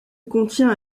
contient